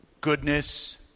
goodness